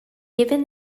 given